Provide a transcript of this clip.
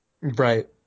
Right